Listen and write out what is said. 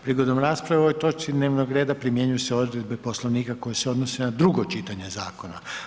Prigodom rasprave o ovoj točki dnevnog reda primjenjuju se odredbe Poslovnika koje se odnose na drugo čitanje zakona.